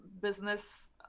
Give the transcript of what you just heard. business